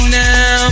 now